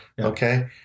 Okay